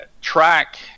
track